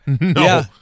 No